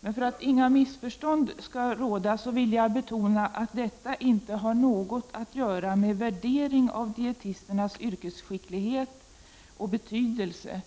För att inga missförstånd skall råda vill jag betona att detta inte har något att göra med värdering av dietisternas yrkesskicklighet och betydelse.